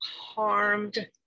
harmed